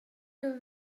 you